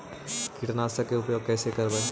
कीटनाशक के उपयोग कैसे करबइ?